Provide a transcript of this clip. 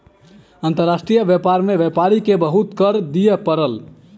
अंतर्राष्ट्रीय व्यापार में व्यापारी के बहुत कर दिअ पड़ल